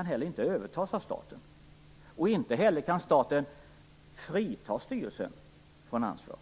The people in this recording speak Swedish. kan inte övertas av staten. Staten kan inte heller frita styrelsen från ansvar.